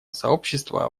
сообщество